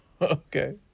okay